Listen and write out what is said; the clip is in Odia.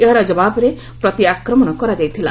ଏହାର ଜବାବରେ ପ୍ରତି ଆକ୍ରମଣ କରାଯାଇଥିଲା